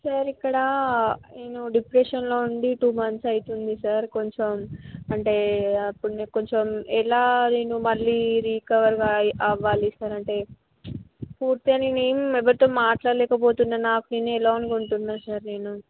sir ఇక్కడ నేను డిప్రెషన్లో ఉండి టూ మంత్స్ అవుతోంది సార్ కొంచెం అంటే అప్పుడు కొంచెం ఎలా నేను మళ్ళీ రీకవర్ అవ్వాలి సార్ అంటే పూర్తి నేను ఎవరితో మాట్లాడలేకపోతున్నను నాకు నేనే ఎలోనుగా ఉంటున్నా సార్ నేను